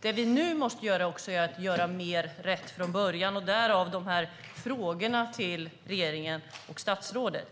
Vi måste nu göra mer rätt från början - därav de här frågorna till regeringen och statsrådet.